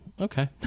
okay